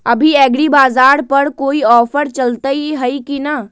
अभी एग्रीबाजार पर कोई ऑफर चलतई हई की न?